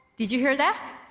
did you hear that?